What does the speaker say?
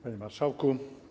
Panie Marszałku!